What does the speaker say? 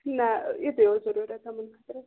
نا یِتُے اوس ضروٗرَت یِمَن خٲطرٕ